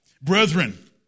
Brethren